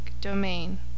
domain